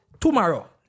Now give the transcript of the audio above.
tomorrow